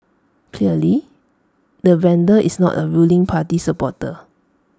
clearly the vandal is not A ruling party supporter